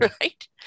Right